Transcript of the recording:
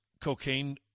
cocaine